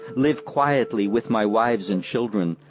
live quietly with my wives and children,